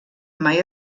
mai